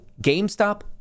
GameStop